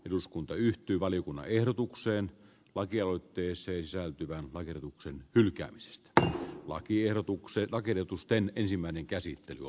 eduskunta yhtyi valiokunnan ehdotukseen patriootteessa lisääntyvän laihdutuksen hylkäämisestä tel lakiehdotuksella kirjoitusten ensimmäinen käsittely